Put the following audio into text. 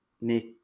Nick